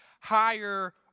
higher